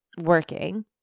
working